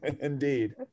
Indeed